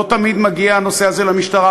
לא תמיד הנושא הזה מגיע למשטרה,